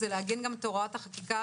זה לעגן גם את הוראת החקיקה